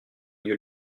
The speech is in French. lieu